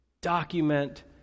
Document